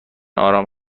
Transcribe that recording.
آرام